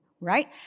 Right